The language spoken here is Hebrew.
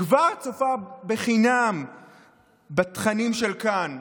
כבר צופה בחינם בתכנים של כאן.